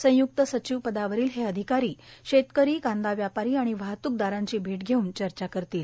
संयुक्त सचिव पदावरील हे अधिकारी षेतकरी कांदा व्यापारी आणि वाहतुकदारांची मेट घेवून चर्चा करतील